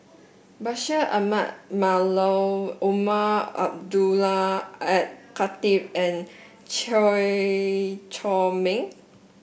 Bashir Ahmad Mallal Umar Abdullah Al Khatib and Chew Chor Meng